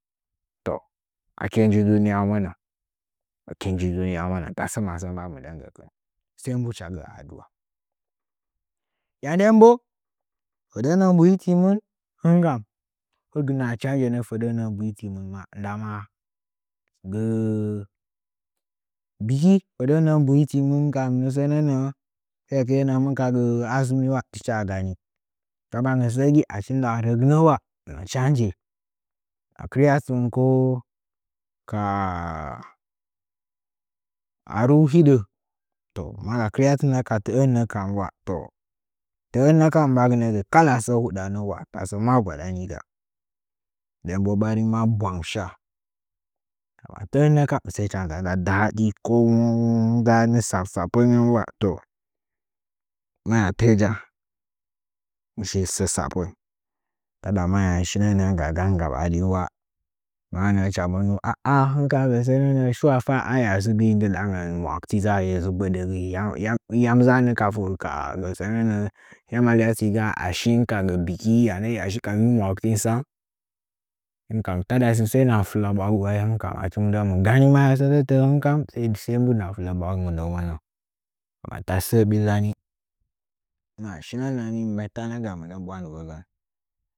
Toh ake nji duniya mana ake nji duniyamana fasə ayamu mbanga mɨndon gəkim sai dai hɨcha gə a duuba ya ndenbo fədə nə’ə rubudi mɨn hinkam huɗirnə a hanjunə fə də nə’ə mbuhifimin ndama gəə bɨki fədənə’ə mbuhutimɨn nanga’a sənə’ə sa ekɨye nə’ə hɨmin ka gə alumiwa ticha gani ta ndanggi səagiula achi nda r ogɨnəula changing hɨna kɨryafɨn ko ka haa- ru hiɗə to maga karyatɨnnə katə ən nətɨnnaa ti ənnəkim mbagɨnə gə sə hudanə tasə maa gwadaniga nden bo ɓarin bwang sha yauwa də an nəkam hɨcha nza nza nda ɗaadi ko ngga nggɨ tsap tsapəngən toh maya tə’ə jah hɨchi nji sə tsapəa taɗa maya shinə nə’ə ga ganga ɓarin wa maanə’ə hɨcha monu hɨnka ka gə sənə’ə shiwa ula aya dzɨ gəi ndɨɗangən mabuki dzanya dzɨ gbədə gəi yanu dzaəanə ka vu ka gə sənə’ə alyawaschi gi ashi ka gə biki hiyashi ka vii mauktin san hɨnkan səəna fɨla ɓwag u ai hɨnkam achi mɨ ndən mɨ gani maya sətə tə’ə kam sai dai hɨna fɨla ɓwa mɨndəunə ngən ma tasə sə ɓillani maya shinə nə’ə mɨ mellani ga mɨndən ɓwandɨvəgən.